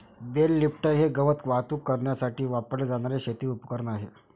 bell lifter हे गवत वाहतूक करण्यासाठी वापरले जाणारे शेती उपकरण आहे